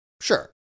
Sure